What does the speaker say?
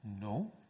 no